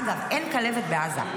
אגב, אין כלבת בעזה.